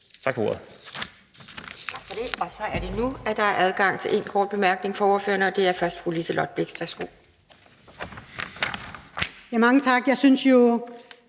Tak for det.